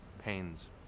pains